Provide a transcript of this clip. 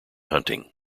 hunting